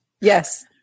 Yes